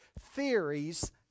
theories